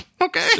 Okay